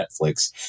Netflix